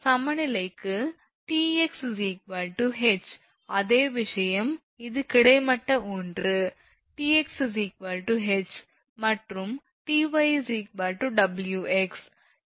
சமநிலைக்கு 𝑇𝑥 𝐻 அதே விஷயம் இது கிடைமட்ட ஒன்று 𝑇𝑥 𝐻 மற்றும் 𝑇𝑦 𝑊𝑥